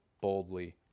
boldly